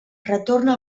retorna